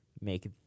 make